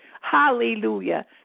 Hallelujah